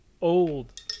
old